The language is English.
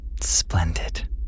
Splendid